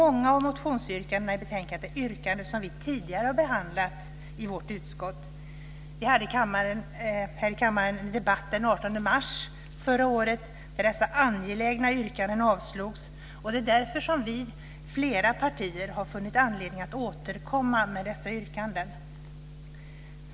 Många av motionsyrkandena i betänkandet är yrkanden som vi tidigare har behandlat i vårt utskott. Vi hade här i kammaren en debatt den 18 mars förra året där dessa angelägna yrkanden avslogs. Det är därför som vi, från flera partier, har funnit anledning att återkomma med dessa yrkanden.